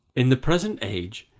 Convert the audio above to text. in the present age,